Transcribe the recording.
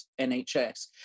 NHS